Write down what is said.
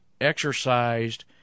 exercised